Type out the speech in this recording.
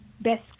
Best